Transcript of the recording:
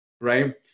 right